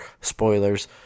Spoilers